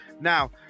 Now